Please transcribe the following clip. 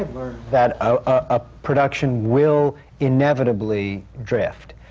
that a production will inevitably drift,